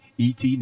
et